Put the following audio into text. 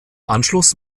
anschluss